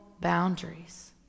boundaries